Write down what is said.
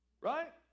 Right